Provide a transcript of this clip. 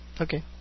Okay